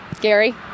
Gary